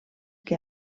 que